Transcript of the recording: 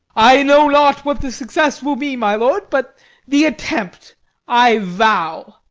i know not what the success will be, my lord, but the attempt i vow.